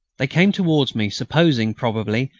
they came towards me, supposing, probably,